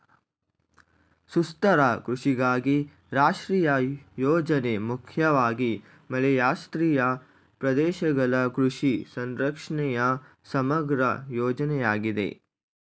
ಸುಸ್ಥಿರ ಕೃಷಿಗಾಗಿ ರಾಷ್ಟ್ರೀಯ ಯೋಜನೆ ಮುಖ್ಯವಾಗಿ ಮಳೆಯಾಶ್ರಿತ ಪ್ರದೇಶಗಳ ಕೃಷಿ ಸಂರಕ್ಷಣೆಯ ಸಮಗ್ರ ಯೋಜನೆಯಾಗಿದೆ